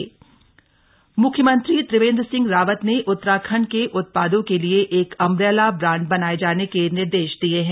umbrella brand मुख्यमंत्री त्रिवेन्द्र सिंह रावत ने उत्तराखण्ड के उत्पादों के लिए एक अम्ब्रेला ब्रांड बनाए जाने के निर्देश दिए हैं